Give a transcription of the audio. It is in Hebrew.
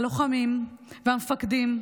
הלוחמים והמפקדים,